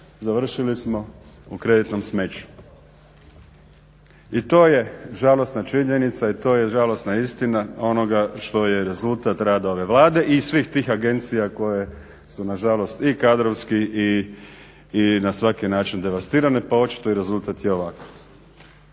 završili smo u kreditnom smeću. I to je žalosna činjenica i to je žalosna istina onoga što je rezultat rada ove Vlade i svih tih agencija koje su na žalost i kadrovski i na svaki način devastirane, pa očito i rezultat je ovakav.